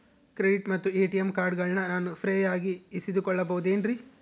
Credit ಮತ್ತ ATM ಕಾರ್ಡಗಳನ್ನ ನಾನು ಫ್ರೇಯಾಗಿ ಇಸಿದುಕೊಳ್ಳಬಹುದೇನ್ರಿ?